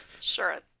Sure